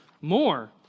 more